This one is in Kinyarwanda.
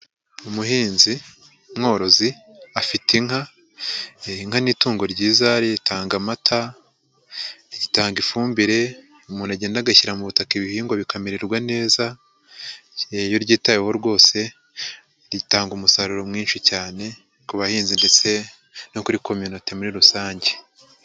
Umuhinzi mworozi afite inka, inka n'itungo ryiza ritanga amata, ritanga ifumbire umuntu agenda agashyira mu butaka ibihingwa bikamererwa neza, iyo ryitayeho rwose ritanga umusaruro mwinshi cyane ku bahinzi ndetse no kuri kominote muri rusange.